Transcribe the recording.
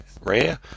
rare